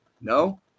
No